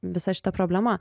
visa šita problema